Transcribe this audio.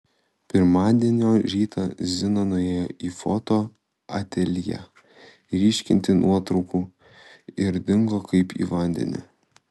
pirmadienio rytą zina nuėjo į foto ateljė ryškinti nuotraukų ir dingo kaip į vandenį